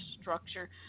structure